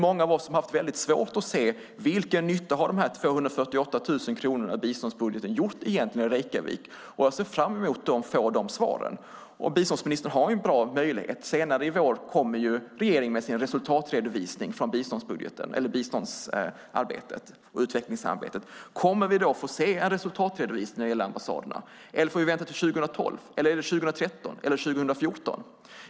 Många av oss har haft väldigt svårt att se vilken nytta de här 248 000 kronorna i biståndsbudgeten egentligen gjort i Reykjavik. Jag ser fram emot att få de svaren. Biståndsministern har en bra möjlighet. Senare i vår kommer regeringen med sin resultatredovisning från biståndsarbetet och utvecklingssamarbetet. Kommer vi då att få se en resultatredovisning när det gäller ambassaderna, eller får vi vänta till 2012, 2013 eller 2014?